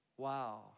Wow